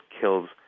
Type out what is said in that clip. kills